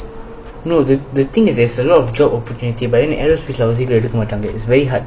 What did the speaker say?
no the the thing is there's a lot of job opportunity but then aerospace அவ்ளொ சிக்கரம் எடுக்க மாட்டாங்க:avlo seekaram edukka maatanga it's very hard